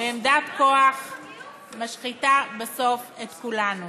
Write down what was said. בעמדת כוח משחיתות בסוף את כולנו.